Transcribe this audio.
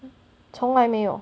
从来没有